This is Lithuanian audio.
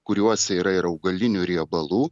kuriuose yra ir augalinių riebalų